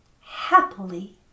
happily